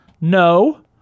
no